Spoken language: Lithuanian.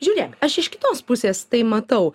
žiūrėk aš iš kitos pusės tai matau